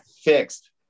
fixed